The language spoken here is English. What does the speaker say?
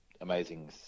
amazing